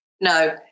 No